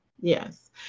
Yes